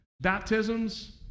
baptisms